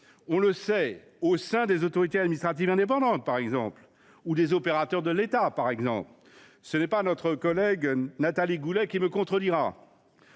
on le sait, au sein des autorités administratives indépendantes ou des opérateurs de l’État ? Ce n’est pas notre collègue Nathalie Goulet qui me contredira.